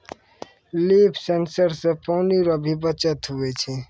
लिफ sensor से पानी रो भी बचत हुवै छै